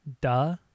Duh